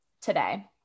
today